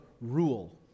rule